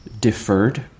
deferred